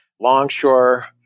Longshore